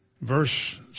Verse